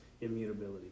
immutability